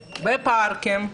בפארקים,